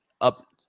up. –